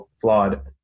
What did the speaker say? flawed